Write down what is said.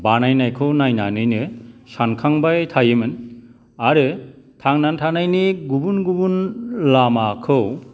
बानायनायखौ नायनानैनो सानखांबाय थायोमोन आरो थांनानै थानायनि गुबुन गुबुन लामाखौ